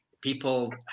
people